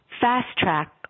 fast-track